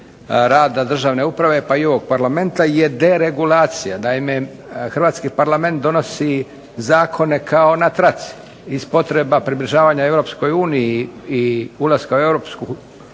rada državne uprave, pa i ovog Parlamenta, je deregulacija. Naime hrvatski Parlament donosi zakone kao na traci, iz potreba približavanja Europskoj uniji i ulaska u Europsku